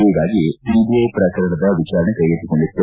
ಹೀಗಾಗಿ ಸಿಬಿಐ ಪ್ರಕರಣದ ವಿಚಾರಣೆ ಕೈಗೆತ್ತಿಕೊಂಡಿತ್ತು